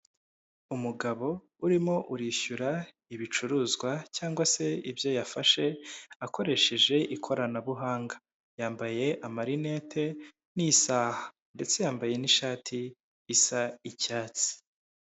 Umugabo urimo urishyura ibicuruzwa cyangwa se ibyo yafashe akoresheje ikoranabuhanga, yambaye amarinete n'isaha ndetse yambaye n'ishati isa icyatsi.